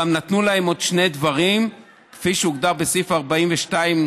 נתנו עוד שני דברים, כפי שהוגדר בסעיף 42ג: